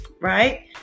right